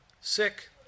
sick